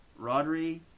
Rodri